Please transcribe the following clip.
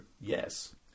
yes